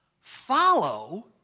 follow